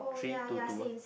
three two two